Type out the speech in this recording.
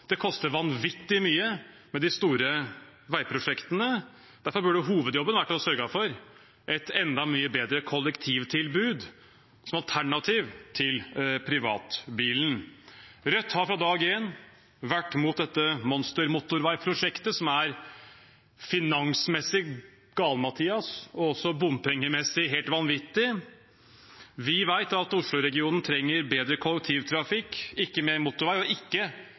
det koster vanvittig mye med de store veiprosjektene. Derfor burde hovedjobben vært å sørge for et enda mye bedre kollektivtilbud som alternativ til privatbilen. Rødt har fra dag én vært imot dette monstermotorveiprosjektet, som er finansmessig galimatias og også bompengemessig helt vanvittig. Vi vet at Oslo-regionen trenger bedre kollektivtrafikk, ikke mer motorvei og ikke